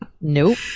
Nope